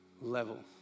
level